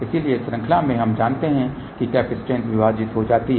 इसलिए श्रृंखला में हम जानते हैं कि कैपेसिटेंस विभाजित हो जाती हैं